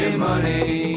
money